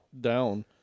down